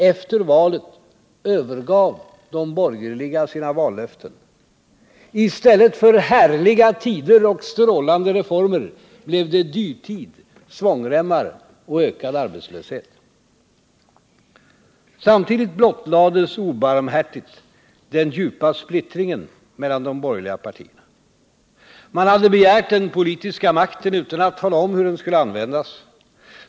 Efter valet övergav de borgerliga sina vallöften. I stället för härliga tider och strålande reformer blev det dyrtid, svångremmar och ökad arbetslöshet. Samtidigt blottlades obarmhärtigt den djupa splittringen mellan de borgerliga partierna. Man hade begärt den politiska makten utan att tala om hur den skulle användas.